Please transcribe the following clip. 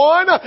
One